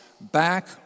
back